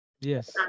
Yes